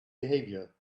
behavior